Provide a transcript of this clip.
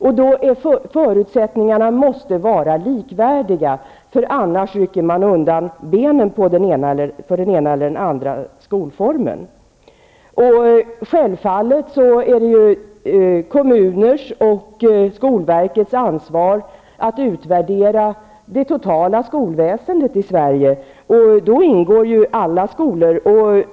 Förutsättningarna måste vara likvärdiga, annars rycker man undan benen för den ena eller andra skolformen. Självfallet är det kommunernas och skolverkets ansvar att utvärdera det totala skolväsendet i Sverige. Då ingår alla skolor.